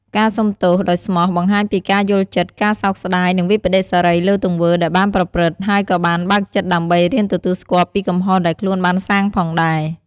ការសូមទោសដោយស្មោះ បង្ហាញពីការយល់ចិត្ត ការសោកស្តាយ និងវិប្បដិសារីលើទង្វើ ដែលបានប្រព្រឹត្ត ហើយក៏បានបើកចិត្តដើម្បីរៀនទទួលស្គាល់ពីកំហុសដែលខ្លួនបានសាងផងដែរ។